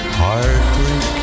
heartbreak